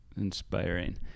Inspiring